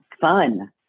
fun